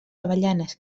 avellanes